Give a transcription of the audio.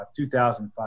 2005